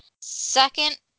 Second